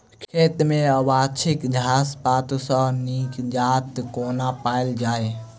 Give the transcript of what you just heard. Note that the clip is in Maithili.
खेत मे अवांछित घास पात सऽ निजात कोना पाइल जाइ?